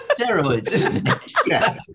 steroids